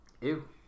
Ew